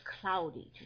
cloudy